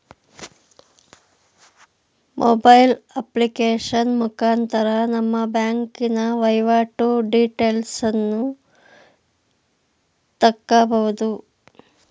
mobile application ಮುಖಾಂತರ ನಮ್ಮ ಬ್ಯಾಂಕಿನ ವೈವಾಟು ಡೀಟೇಲ್ಸನ್ನು ತಕ್ಕಬೋದು